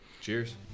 cheers